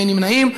אין נמנעים.